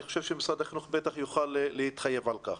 אני חושב שמשרד החינוך יוכל להתחייב על כך.